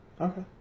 Okay